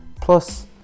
plus